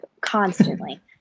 constantly